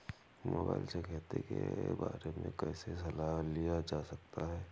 Mobile से खेती के बारे कैसे सलाह लिया जा सकता है?